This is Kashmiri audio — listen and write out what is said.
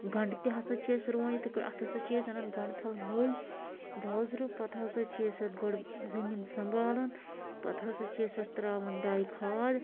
گنٛڈٕ تہِ ہسا چھِ أسۍ رُوان یِتھٔے کٲٹھۍ اَتھ ہسا چھِ أسۍ اَنان گںٚڈٕ تھَل مٔلۍ بازرٕ پَتہٕ ہسا چھِ أسۍ اَتھ گۄڈٕ زٔمیٖن سَمبالان پَتہٕ ہسا چھِ أسۍ اَتھ ترٛاوان ڈاے کھاد